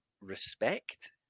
respect